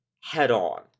head-on